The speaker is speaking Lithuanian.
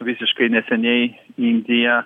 visiškai neseniai indija